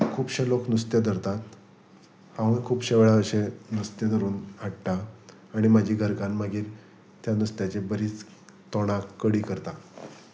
खुबशे लोक नुस्तें धरतात हांव खुबशे वेळार अशे नुस्तें धरून हाडटा आनी म्हाजी घरकान्न मागीर त्या नुस्त्याची बरीच तोंडाक कडी करता